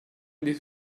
this